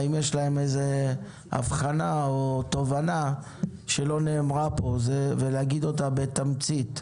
אם יש להם אבחנה או תובנה שלא נאמרה פה אז להגיד אותה בתמצית.